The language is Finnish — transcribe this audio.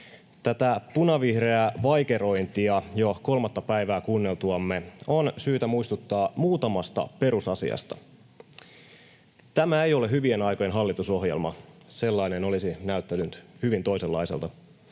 Tätä punavihreää vaikerointia jo kolmatta päivää kuunneltuamme on syytä muistuttaa muutamasta perusasiasta. Tämä ei ole hyvien aikojen hallitusohjelma. Sellainen olisi näyttänyt hyvin toisenlaiselta.